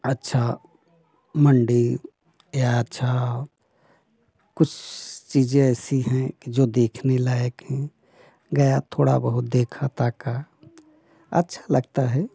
अच्छा मंडी या अच्छा कुछ चीज़ें ऐसी हैं कि जो देखने लायक हैं गया थोड़ा बहुत देखा ताका अच्छा लगता है